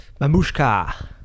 Mamushka